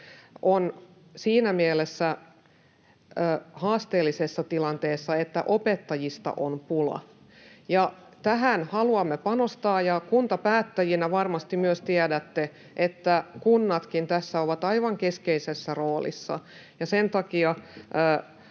on siinä mielessä haasteellinen, että opettajista on pula, ja tähän haluamme panostaa. Kuntapäättäjinä varmasti myös tiedätte, että kunnatkin tässä ovat aivan keskeisessä roolissa. Sen takia